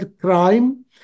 crime